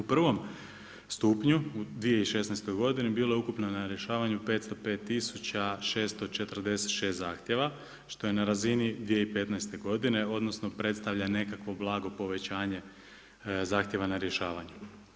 U prvom stupnju u 2016. godini bilo je ukupno na rješavanju 505 tisuća 646 zahtjeva što je na razini 2015. godine, odnosno predstavlja nekakvo blago povećanje zahtjeva na rješavanju.